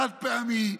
החד-פעמי,